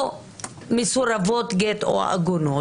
או מסורבות גט או עגונות,